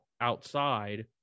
outside